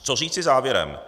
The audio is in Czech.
Co říci závěrem?